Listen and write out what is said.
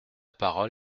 parole